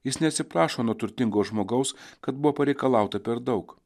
jis neatsiprašo nuo turtingo žmogaus kad buvo pareikalauta per daug